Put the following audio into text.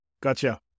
Gotcha